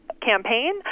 campaign